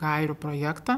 gairių projektą